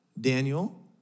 Daniel